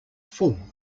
full